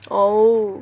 oh